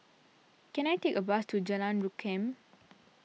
can I take a bus to Jalan Rukam